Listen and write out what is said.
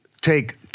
take